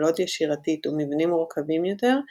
מלודיה שירתית ומבנים מורכבים יותר-